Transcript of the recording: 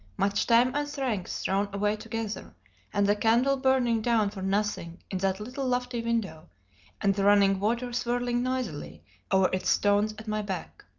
much time and strength thrown away together and the candle burning down for nothing in that little lofty window and the running water swirling noisily over its stones at my back.